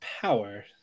Power